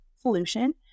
solution